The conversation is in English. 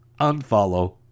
unfollow